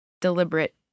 deliberate